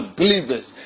believers